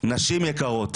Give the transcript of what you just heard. - נשים יקרות,